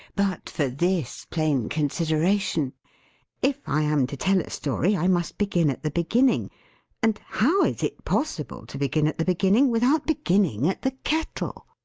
but for this plain consideration if i am to tell a story i must begin at the beginning and how is it possible to begin at the beginning, without beginning at the kettle?